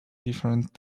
different